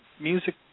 music